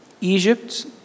Egypt